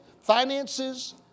Finances